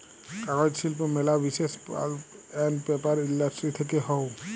কাগজ শিল্প ম্যালা বিসেস পাল্প আন্ড পেপার ইন্ডাস্ট্রি থেক্যে হউ